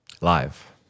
Live